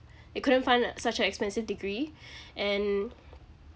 they couldn't fund a such a expensive degree and